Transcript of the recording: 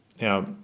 Now